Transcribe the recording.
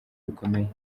bikomeye